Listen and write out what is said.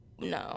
no